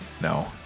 No